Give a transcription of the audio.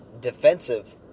defensive